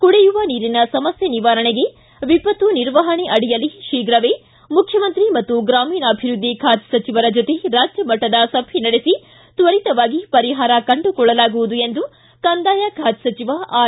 ಕುಡಿಯುವ ನೀರಿನ ಸಮಸ್ಥೆ ನಿವಾರಣೆಗೆ ವಿಪತ್ತು ನಿರ್ವಹಣೆ ಅಡಿಯಲ್ಲಿ ಶೀಘವೇ ಮುಖ್ಯಮಂತ್ರಿ ಹಾಗೂ ಗ್ರಾಮೀಣಾಭಿವೃದ್ದಿ ಖಾತೆ ಸಚಿವರ ಜೊತೆ ರಾಜ್ಯ ಮಟ್ಟದ ಸಭೆ ನಡೆಸ ತ್ವರಿತವಾಗಿ ಪರಿಹಾರ ಕಂಡುಕೊಳ್ಳಲಾಗುವುದು ಎಂದು ಕಂದಾಯ ಖಾತೆ ಸಚಿವ ಆರ್